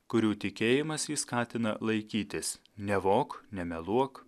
kurių tikėjimas jį skatina laikytis nevok nemeluok